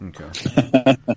Okay